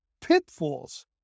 pitfalls